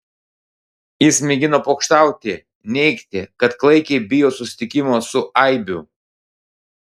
jis mėgino pokštauti neigti kad klaikiai bijo susitikimo su aibių